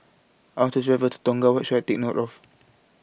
I want to travel to Tonga What should I Take note of